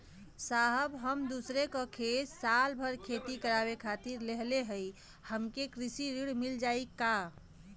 साहब हम दूसरे क खेत साल भर खेती करावे खातिर लेहले हई हमके कृषि ऋण मिल जाई का?